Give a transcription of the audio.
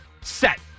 set